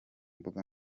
mbuga